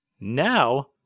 Now